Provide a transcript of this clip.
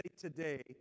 today